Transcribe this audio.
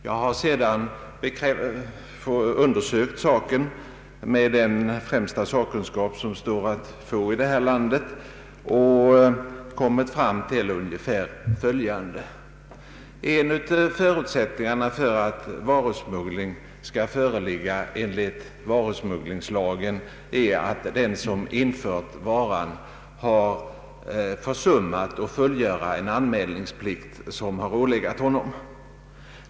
Jag har sedan diskuterat saken med den främsta sakkunskap som står att finna i detta land och kommit fram till ungefär följande. Förutsättningen för att varusmuggling skall föreligga enligt varusmugglingslagen är att den som inför varan har försummat att fullgöra en anmälningsplikt som ålegat honom.